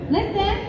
Listen